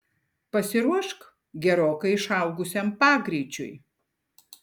pasiruošk gerokai išaugusiam pagreičiui